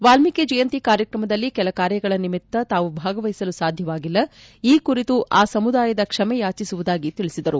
ವಾಲ್ಮೀಕಿ ಜಯಂತಿ ಕಾರ್ಯಕ್ರಮದಲ್ಲಿ ಕೆಲ ಕಾರ್ಯಗಳ ನಿಮಿತ್ತ ತಾವು ಭಾಗವಹಿಸಲು ಸಾಧ್ಯವಾಗಿಲ್ಲ ಈ ಕುರಿತು ಆ ಸಮುದಾಯದ ಕ್ಷಮೆಯಾಚಿಸುವುದಾಗಿ ತಿಳಿಸಿದರು